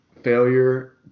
failure